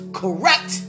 correct